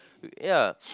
ya